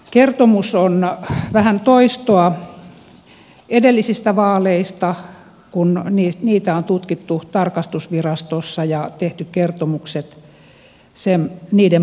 kertomus on vähän toistoa edellisistä vaaleista kun niitä on tutkittu tarkastusvirastossa ja tehty kertomukset niiden pohjalta